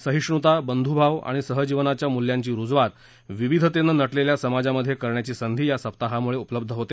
सहिष्णूता बंधूभाव आणि सहजीवनाच्या मूल्यांची रुजवात विविधतेने नटलेल्या समाजामधे करण्याची संधी या सप्ताहामुळे उपलब्ध होते